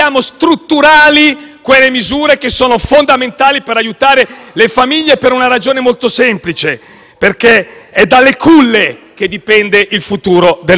Sono previsti, come è stato detto, fondi anche per i disabili e i non autosufficienti. Nelle scorse manovre si doveva sempre rincorrere